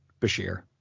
bashir